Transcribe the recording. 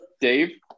Dave